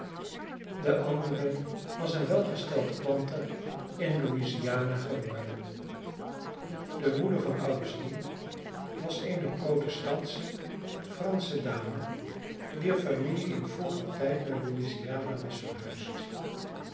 de andere was een welgesteld planter in louisiana geworden de moeder van augustine was eene protestantsche fransche dame wier familie in vroeger tijd naar louisiana was verhuisd